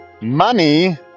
Money